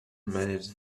manage